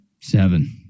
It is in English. Seven